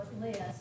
list